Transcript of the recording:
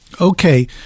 Okay